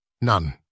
None